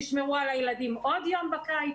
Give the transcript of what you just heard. תשמרו על הילדים עוד יום בקיץ,